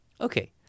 Okay